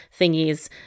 thingies